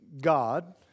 God